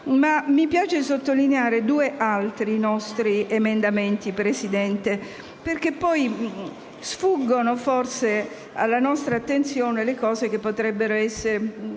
mi piace sottolineare due altri nostri emendamenti, signora Presidente, perché forse sfuggono alla nostra attenzione i punti che potrebbero essere